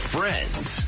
Friends